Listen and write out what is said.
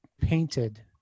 painted